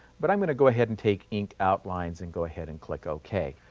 but i'm going to go ahead and take ink outlines and go ahead and click okay.